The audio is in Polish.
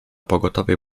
pogotowie